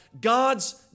God's